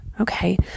Okay